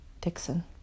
Dixon